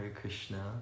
Krishna